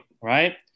right